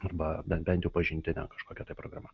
arba ben bent jau pažintine kažkokia programa